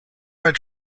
red